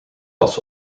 was